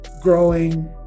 growing